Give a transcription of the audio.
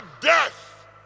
death